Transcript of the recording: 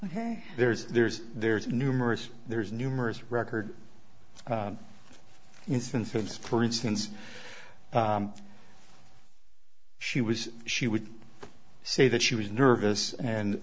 ok there's there's there's numerous there's numerous record instances for instance she was she would say that she was nervous and